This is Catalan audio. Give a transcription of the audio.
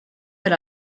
per